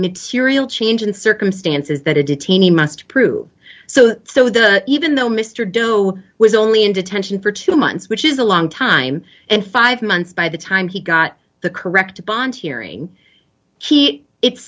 material change in circumstances that had to teenie must prove so so the even though mr du was only in detention for two months which is a long time and five months by the time he got the correct bond hearing he it